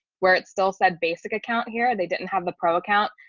where it still said basic account here they didn't have the pro account.